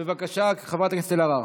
בבקשה, חברת הכנסת אלהרר.